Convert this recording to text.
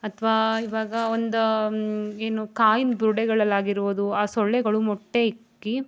ಅಥವಾ ಇವಾಗ ಒಂದು ಏನು ಕಾಯಿನ ಬುರುಡೆಗಳಲ್ಲಾಗಿರ್ಬಹುದು ಆ ಸೊಳ್ಳೆಗಳು ಮೊಟ್ಟೆ ಇಕ್ಕಿ